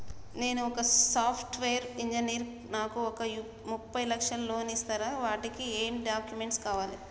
నేను ఒక software engineer నాకు ఒక ముప్పై లక్షల లోన్ ఇస్తరా? వాటికి ఏం డాక్యుమెంట్స్ కావాలి?